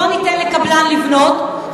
בואו ניתן לקבלן לבנות,